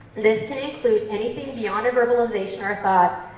this can include anything beyond verbalization or a thought,